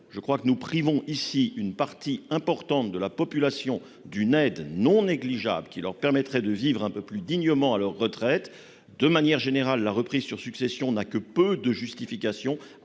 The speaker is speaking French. Je crois que nous privons ici une partie importante de la population d'une aide non négligeable qui leur permettrait de vivre un peu plus dignement lors de leur retraite. De manière générale, la reprise sur succession n'a que peu de justification,